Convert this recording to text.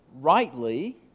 rightly